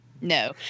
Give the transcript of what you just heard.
no